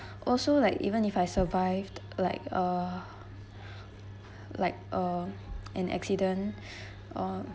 also like even if I survived like uh like uh an accident um